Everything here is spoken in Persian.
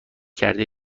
کرده